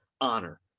honor